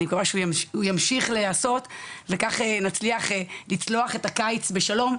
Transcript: אני מקווה שהוא ימשיך להיעשות וכך נצליח לצלוח את הקיץ בשלום,